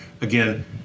again